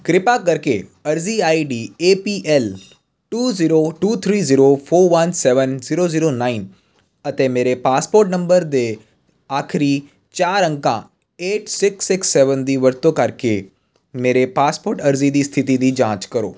ਕਿਰਪਾ ਕਰਕੇ ਅਰਜ਼ੀ I D A P L two zero two three zero four one seven zero zero nine ਅਤੇ ਮੇਰੇ passport number ਦੇ ਆਖਰੀ ਚਾਰ ਅੰਕਾਂ ਏਟ ਸਿਕਸ ਸਿਕਸ ਸੈਵਨ ਦੀ ਵਰਤੋਂ ਕਰਕੇ ਮੇਰੇ ਪਾਸਪੋਰਟ ਅਰਜ਼ੀ ਦੀ ਸਥਿਤੀ ਦੀ ਜਾਂਚ ਕਰੋ